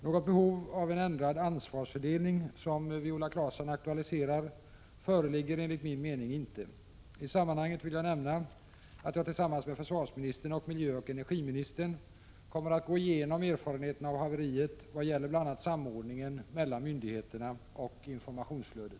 Något behov av en ändrad ansvarsfördelning, som Viola Claesson aktualiserar, föreligger enligt min mening inte. I sammanhanget vill jag nämna att jag tillsammans med försvarsministern och miljöoch energiministern kommer att gå igenom erfarenheterna av haveriet vad gäller bl.a. samordningen mellan myndigheterna och informationsflödet.